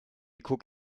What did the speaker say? cook